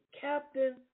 captain